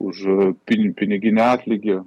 už pini piniginį atlygį